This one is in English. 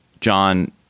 John